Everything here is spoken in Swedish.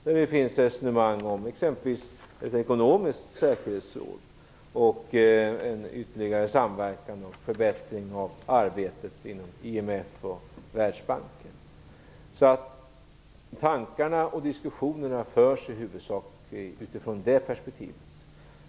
Där förs exempelvis ett resonemang om ett ekonomiskt säkerhetsråd, om en ytterligare samverkan och om en förbättring av arbetet inom IMF och Världsbanken. Diskussionerna förs i huvudsak utifrån det perspektivet.